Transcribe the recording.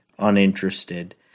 uninterested